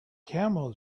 camel